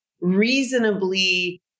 reasonably